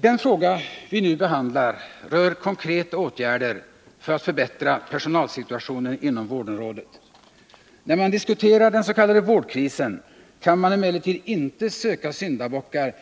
Den fråga vi nu behandlar rör konkreta åtgärder för att förbättra personalsituationen inom vårdområdet. När man diskuterar den s.k. vårdkrisen kan man emellertid inte söka syndabockar